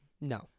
No